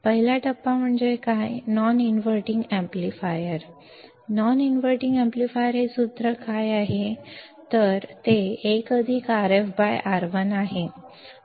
पहिला टप्पा म्हणजे काय non inverting amplifier non inverting amplifier हे सूत्र काय आहे ते 1 Rf R1 आहे